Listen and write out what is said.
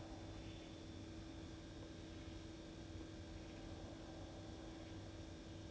really ah I don't know leh like that time I also just did the sim with him then he also never s~ he also like